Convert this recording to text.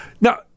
Now